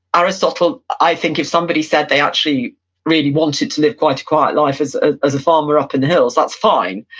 aristotle, i think if somebody said they actually really wanted to live quite a quiet life as ah as a farmer up in the hills, that's fine.